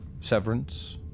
severance